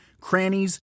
crannies